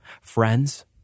friends